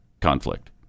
conflict